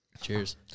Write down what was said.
Cheers